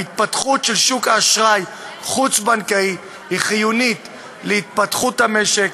ההתפתחות של שוק האשראי החוץ-בנקאי היא חיונית להתפתחות המשק,